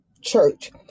church